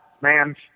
Man